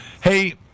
Hey